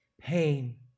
pain